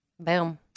Boom